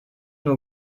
nur